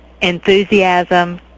enthusiasm